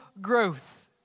growth